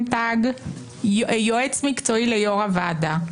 תג "יועץ מקצועי ליושב-ראש הוועדה".